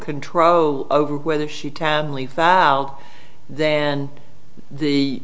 control over whether she timely found then the